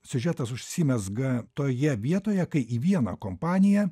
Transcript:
siužetas užsimezga toje vietoje kai į vieną kompaniją